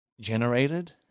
generated